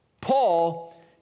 Paul